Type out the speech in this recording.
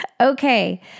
okay